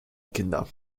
kinder